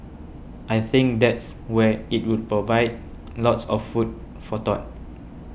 I think that's where it will provide lots of food for thought